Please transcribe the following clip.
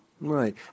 Right